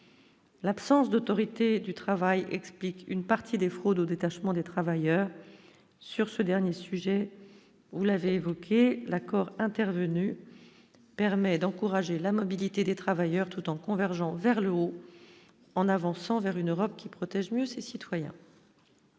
l'absence d'autorité du travail, explique une partie des fraudes au détachement des travailleurs sur ce dernier sujet, vous l'avez évoqué l'accord intervenu permet d'encourager la mobilité des travailleurs tout en convergeant vers le haut, en avançant vers une Europe qui protège mieux ses citoyens.